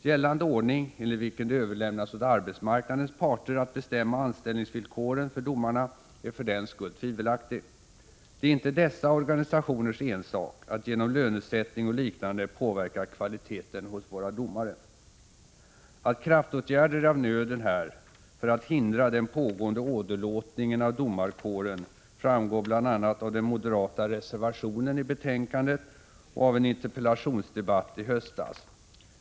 Gällande ordning, enligt vilken det överlämnas åt arbetsmarknadens parter att bestämma anställningsvillkoren för domarna, är för den skull tvivelaktig. Det är icke dessa organisationers ensak att genom lönesättning och liknande påverka kvaliteten hos våra domare. Att kraftåtgärder är av nöden här för att hindra den pågående åderlåtningen av domarkåren framgår bl.a. av den moderata reservationen i betänkandet och av en interpellationsdebatt i höstas.